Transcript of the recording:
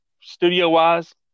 studio-wise